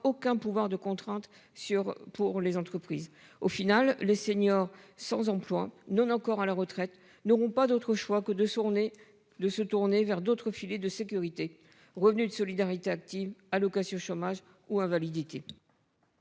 aucun pouvoir de contrainte sur pour les entreprises. Au final, les seniors sans emploi non encore à la retraite n'auront pas d'autre choix que de journées de se tourner vers d'autres filets de sécurité. Revenu de Solidarité Active, l'allocation chômage ou invalidité.